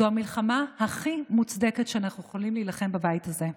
זו המלחמה הכי מוצדקת שאנחנו יכולים להילחם בבית הזה.